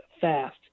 fast